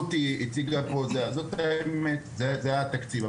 גב' רותי שינפלד הציגה פה זאת האמת וזה התקציב המוקצה לתוכנית הזאת.